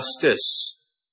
justice